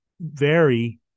vary